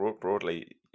broadly